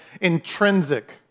intrinsic